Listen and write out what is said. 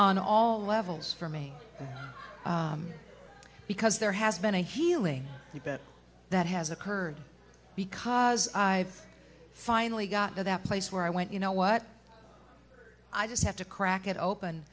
on all levels for me because there has been a healing you bet that has occurred because i've finally got to that place where i went you know what i just have to crack it open